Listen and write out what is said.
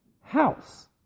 house